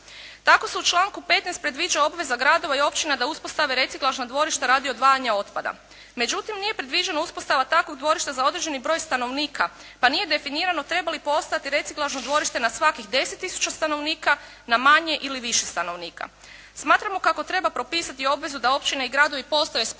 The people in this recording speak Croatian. Tako se u članku 15. predviđa obveza gradova i općina da uspostave reciklažna dvorišta radi odvajanja otpada. Međutim, nije predviđena uspostaviti takvog dvorišta za određeni broj stanovnika, pa nije definirano treba li postojati reciklažno dvorište na svakih 10 tisuća stanovnika, na manje ili više stanovnika. Smatramo kako treba propisati obvezu da općine i gradovi postave spremnike